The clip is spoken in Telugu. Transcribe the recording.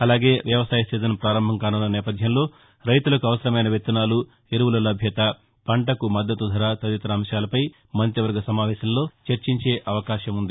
అలాగే వ్యవసాయ సీజన్ పారంభం కానున్న నేపథ్యంలో రైతులకు అవసరమైన విత్తనాలు ఎరుపుల లభ్యత పంటకు మద్దతు ధర తదితర అంశాలపై కూడా మంతివర్గా సమావేశంలో చర్చించనున్నారు